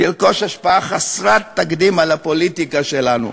לרכוש השפעה חסרת תקדים על הפוליטיקה שלנו.